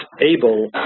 able